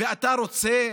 ואתה רוצה